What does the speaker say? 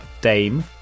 Dame